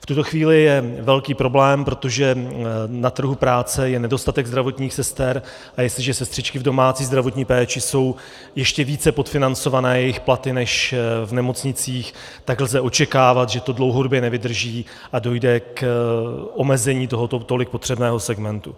V tuto chvíli je velký problém, protože na trhu práce je nedostatek zdravotních sester, a jestliže jsou sestřičky v domácí zdravotní péči ještě více podfinancované, jejich platy, než v nemocnicích, tak lze očekávat, že to dlouhodobě nevydrží a dojde k omezení tohoto tolik potřebného segmentu.